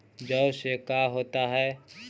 जौ से का होता है?